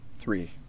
three